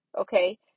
okay